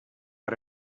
ara